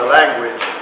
language